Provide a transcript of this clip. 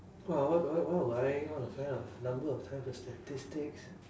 !wah! what what what would I want to find out number of times the statistics